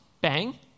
bang